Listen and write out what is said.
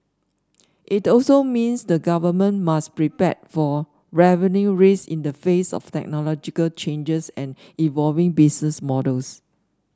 it also means the government must prepare for revenue risk in the face of technological changes and evolving business models